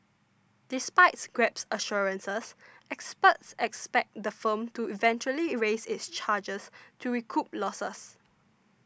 despite Grab's assurances experts expect the firm to eventually raise its charges to recoup losses